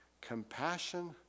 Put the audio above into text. compassion